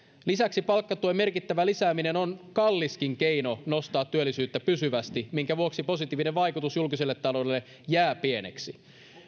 lisäksi palkkatuen merkittävä lisääminen on kallis keino nostaa työllisyyttä pysyvästi minkä vuoksi positiivinen vaikutus julkiselle taloudelle jää pieneksi